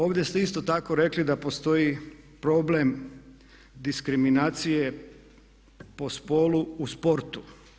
Ovdje ste isto tako rekli da postoji problem diskriminacije po spolu u sportu.